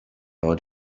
out